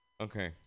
Okay